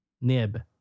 nib